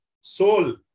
soul